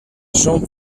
són